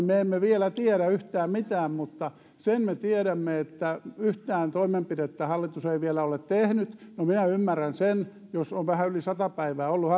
me emme vielä tiedä yhtään mitään mutta sen me tiedämme että yhtään toimenpidettä hallitus ei vielä ole tehnyt no minä ymmärrän että jos hallitus on vähän yli sata päivää ollut